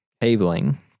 cabling